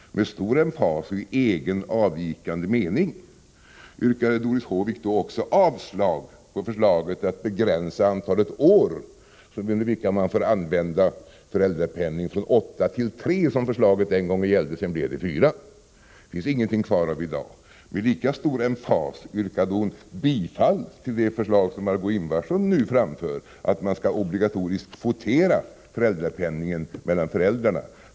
Med stor emfas och i egen, avvikande mening yrkade Doris Håvik då också avslag på förslaget att begränsa antalet år under vilka föräldrapenning utgår från 8 till 3, som förslaget den gången gällde — sedan blev antalet år 4. Av den ståndpunkten finns ingenting kvar i dag. Med lika stor emfas yrkade Doris Håvik bifall till det förslag som Margé Ingvardsson nu framför, att man obligatoriskt skall kvotera föräldrapenningen mellan föräldrarna.